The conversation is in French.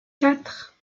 quatre